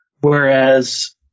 Whereas